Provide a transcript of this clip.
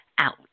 out